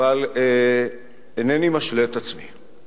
אבל איני משלה את עצמי.